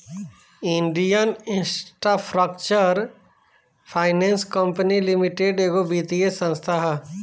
Indian infrastructure finance company limited एगो वित्तीय संस्था ह